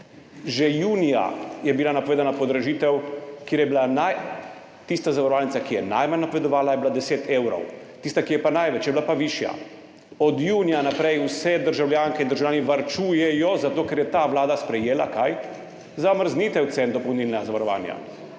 Že junija je bila napovedana podražitev, kjer je bilo pri tisti zavarovalnici, ki je najmanj napovedovala, 10 evrov, pri tisti, ki je pa največ, je bila pa višja. Od junija naprej vse državljanke in državljani varčujejo zato, ker je ta vlada sprejela – kaj? Zamrznitev cen dopolnilnega zavarovanja.